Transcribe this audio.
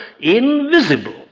invisible